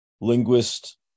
linguist